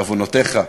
בעוונותיך,